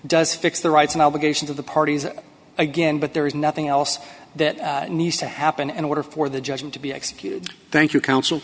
does fix the rights and obligations of the parties again but there is nothing else that needs to happen and order for the judgment to be executed thank you counsel